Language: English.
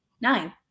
Nine